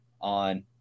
on